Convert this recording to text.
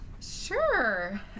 Sure